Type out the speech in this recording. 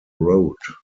road